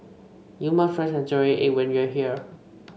you must try Century Egg when you are here